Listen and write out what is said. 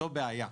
זאת בעיה.